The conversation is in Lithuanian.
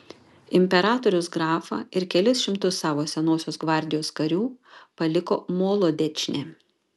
imperatorius grafą ir kelis šimtus savo senosios gvardijos karių paliko molodečne